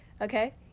okay